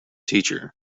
teacher